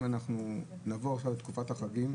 אם אנחנו נבוא עכשיו לתקופת החגים,